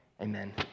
amen